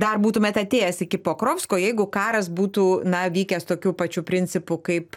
dar būtumėt atėjęs iki pokrovsko jeigu karas būtų na vykęs tokiu pačiu principu kaip